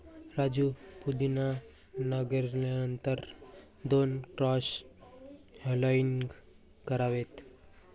राजू पुदिना नांगरल्यानंतर दोन क्रॉस हॅरोइंग करावेत